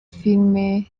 filime